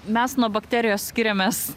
mes nuo bakterijos skiriamės